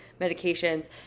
medications